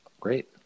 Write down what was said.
Great